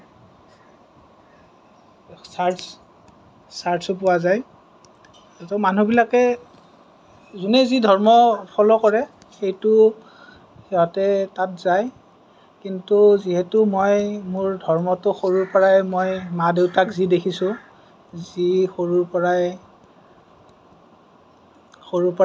search চাৰ্ছো পোৱা যায় মানুহবিলাকে যোনে যি ধৰ্ম ফ'ল' কৰে সেইটো সিহঁতে তাত যায় কিন্তু যিহেতু মই মোৰ ধৰ্মটো সৰুৰ পৰাই মই মোৰ মা দেউতাক যি দেখিছো যি সৰুৰ পৰাই